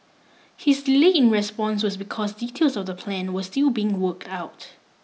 his delay in response was because details of the plan were still being worked out